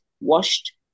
washed